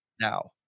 Now